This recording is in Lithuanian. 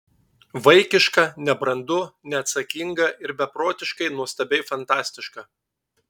vaikiška nebrandu neatsakinga ir beprotiškai nuostabiai fantastiška